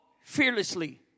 fearlessly